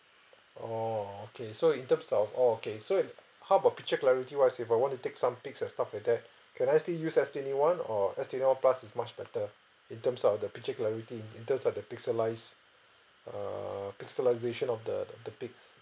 oh okay so in terms of oh okay if how about picture clarity wise if I want to take some pics and stuff like that can I still use S twenty one or S twenty one plus is much better in terms of the picture clarity in terms of the pixelized err pixelisation of the the the pics